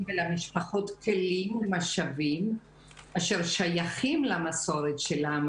ולמשפחות כלים ומשאבים אשר שייכים למסורת של העם